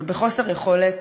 ובחוסר יכולת